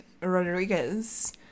Rodriguez